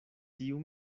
tiu